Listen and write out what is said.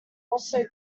also